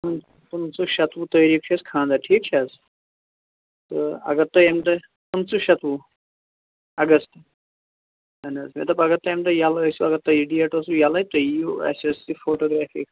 پٍنٛژھ شَتوُہ تأریٖخ چھُ اسہِ خانٛدر ٹھیٖک چھِ حظ تہٕ اَگر تُہۍ امہِ دۅہہ پٍنٛژٕہ شَتوُہ اَگَر اَہَن حظ مےٚ دوٚپ اَگر تُہۍ امہِ دۅہ یلہٕ أسِو اَگر تۅہہِ یہِ ڈیٹ اوسوٕ یلے تُہۍ ییٖوٕ اسہِ أسۍ یہِ فوٗٹوٗ گرٛافی